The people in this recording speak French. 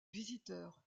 visiteurs